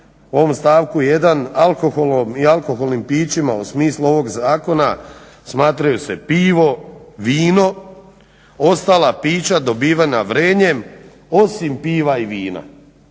u ovom stavku 1. alkoholom i alkoholnim pićima u smislu ovog zakona smatraju se pivo, vino, ostala pića dobivena vrenjem, osim piva i vina.